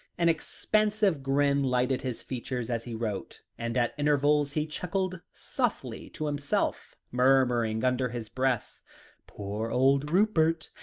an expansive grin lightened his features as he wrote, and at intervals he chuckled softly to himself, murmuring under his breath poor old rupert.